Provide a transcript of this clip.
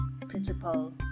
Principal